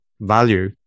value